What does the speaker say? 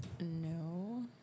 no